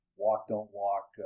walk-don't-walk